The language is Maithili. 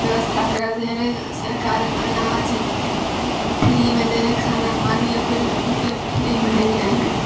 व्यवस्था करल जाइ रहै सरकार अनाज फ्रीमे दै रहै खाना पानी ओकर मतलब फ्रीमे दै रहै